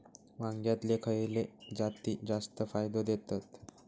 वांग्यातले खयले जाती जास्त फायदो देतत?